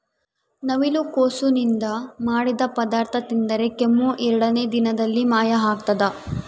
ನವಿಲುಕೋಸು ನಿಂದ ಮಾಡಿದ ಪದಾರ್ಥ ತಿಂದರೆ ಕೆಮ್ಮು ಎರಡೇ ದಿನದಲ್ಲಿ ಮಾಯ ಆಗ್ತದ